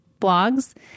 blogs